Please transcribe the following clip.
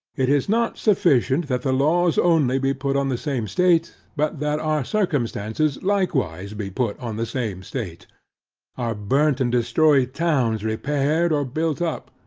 it is not sufficient, that the laws only be put on the same state, but, that our circumstances, likewise, be put on the same state our burnt and destroyed towns repaired or built up,